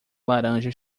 laranja